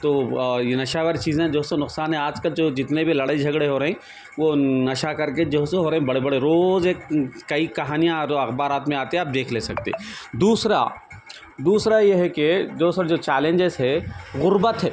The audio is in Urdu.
تو یہ نشہ آور چیزیں جو ہے سو نقصان ہے آج تک جو جتنے بھی لڑائی جھگڑے ہو رہے وہ نشہ کر کے جو ہے سو ہو رہے بڑے بڑے روز ایک کئی کہانیاں اخبارات میں آتے آپ دیکھ لے سکتے دوسرا دوسرا یہ ہے کہ دوسرا جو چیلنجز ہے غربت ہے